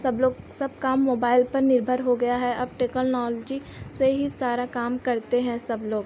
सब लोग सब काम मोबाइल पर निर्भर हो गया है अब टेकलनॉलजी से ही सारा काम करते हैं सब लोग